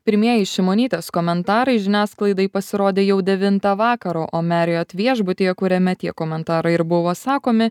pirmieji šimonytės komentarai žiniasklaidai pasirodė jau devintą vakaro o marriott viešbutyje kuriame tie komentarai ir buvo sakomi